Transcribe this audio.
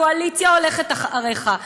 הקואליציה הולכת אחריך.